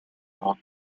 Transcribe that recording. noto